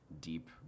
deep